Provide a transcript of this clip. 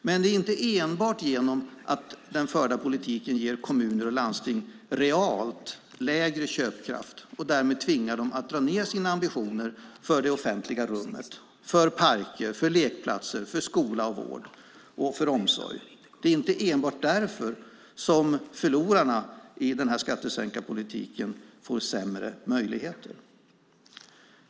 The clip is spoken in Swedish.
Men det är inte enbart genom att den förda politiken ger kommuner och landsting realt lägre köpkraft och därmed tvingar dem att dra ned sina ambitioner för det offentliga rummet, för parker, för lekplatser, för skola, vård och omsorg som förlorarna på den här skattesänkarpolitiken får sämre möjligheter.